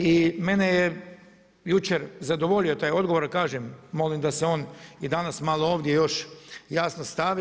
I mene je jučer zadovoljio taj odgovor, ali kažem, molim da se on i danas malo ovdje još jasno stavi.